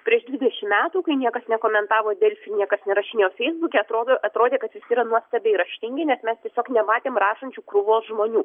prieš dvidešimt metų kai niekas nekomentavo delfi niekas nerašinėjo feisbuke atrodo atrodė kad jis yra nuostabiai raštingi nes mes tiesiog nematėme prašančių krūvos žmonių